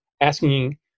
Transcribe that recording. asking